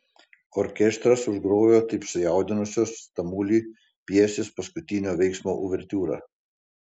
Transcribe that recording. orkestras užgrojo taip sujaudinusios tamulį pjesės paskutinio veiksmo uvertiūrą